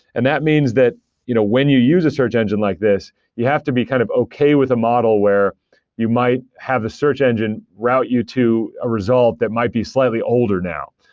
and that means that you know when you use a search engine like this, you have to be kind of okay with a model where you might have the search engine route you to a result that might be slightly older now.